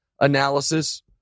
analysis